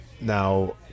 now